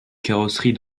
carrosserie